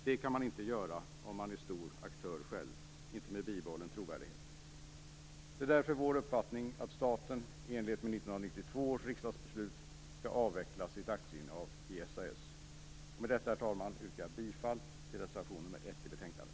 Det kan man inte göra om man är stor aktör själv, inte med bibehållen trovärdighet. Det är därför vår uppfattning att staten, i enlighet med 1992 års riksdagsbeslut, skall avveckla sitt aktieinnehav i SAS. Med detta, herr talman, yrkar jag bifall till reservation nr 1 till betänkandet.